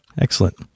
excellent